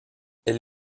elle